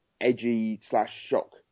edgy-slash-shock